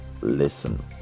listen